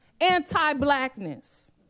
Anti-blackness